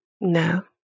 No